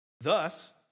Thus